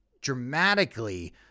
dramatically